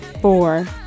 four